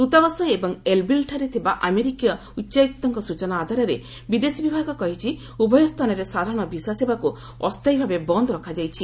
ଦୂତାବାସ ଏବଂ ଏଲ୍ବିଲ୍ଠାରେ ଥିବା ଆମେରିକୀୟ ଉଚ୍ଚାୟୁକ୍ତଙ୍କ ସୂଚନା ଆଧାରରେ ବିଦେଶ ବିଭାଗ କହିଛି ଉଭୟ ସ୍ଥାନରେ ସାଧାରଣ ଭିସା ସେବାକୁ ଅସ୍ଥାୟୀ ଭାବେ ବନ୍ଦ ରଖାଯାଇଛି